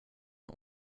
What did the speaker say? och